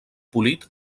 polit